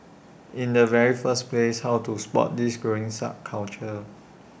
in the very first place how to spot this growing subculture